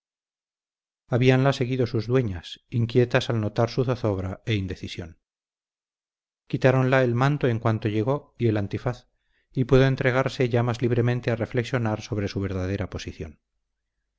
habíanla seguido sus dueñas inquietas al notar su zozobra e indecisión quitáronla el manto en cuanto llegó y el antifaz y pudo entregarse ya más libremente a reflexionar sobre su verdadera posición